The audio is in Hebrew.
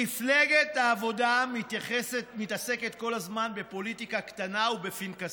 מפלגת העבודה מתעסקת כל הזמן בפוליטיקה קטנה ובפנקסנות,